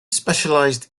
specialized